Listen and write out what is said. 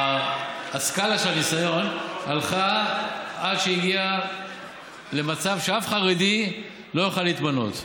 הסקאלה של הניסיון הלכה עד שהגיעה למצב שאף חרדי לא יוכל להתמנות.